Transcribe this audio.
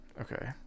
Okay